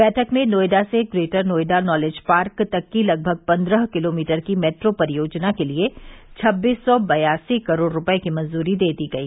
बैठक में नोएडा से ग्रेटर नोएडा नॉलेज पार्क तक की लगभग पन्द्रह किलोमीटर की मेट्रो परियोजना के लिये छब्बीस सौ बयासी करोड़ रूपये की मंजूरी दे दी गई